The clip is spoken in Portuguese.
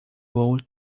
voo